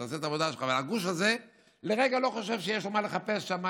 תעשה את העבודה שלך אבל הגוש הזה לרגע לא חושב שיש לו מה לחפש שם,